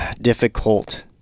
difficult